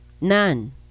None